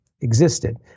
existed